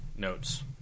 notes